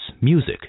music